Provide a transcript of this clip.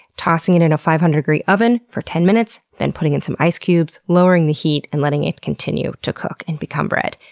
tossing it into a five hundred deg oven for ten minutes, then putting in some ice cubes, lowering the heat, and letting it continue to cook and become bread.